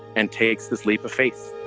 and takes this leap of faith.